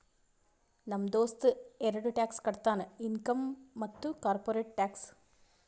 ನಮ್ ದೋಸ್ತ ಎರಡ ಟ್ಯಾಕ್ಸ್ ಕಟ್ತಾನ್ ಇನ್ಕಮ್ ಮತ್ತ ಕಾರ್ಪೊರೇಟ್ ಟ್ಯಾಕ್ಸ್